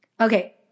Okay